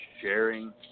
sharing